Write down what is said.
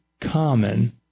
common